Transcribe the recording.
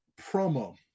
promo